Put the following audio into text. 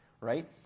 right